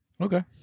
Okay